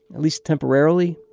at least temporarily,